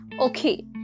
Okay